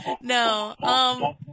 No